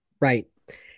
right